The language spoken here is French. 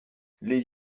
les